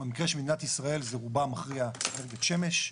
במקרה של מדינת ישראל זה רובה המכריע אנרגיית שמש,